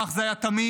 כך זה היה תמיד,